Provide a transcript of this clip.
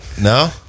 No